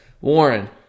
Warren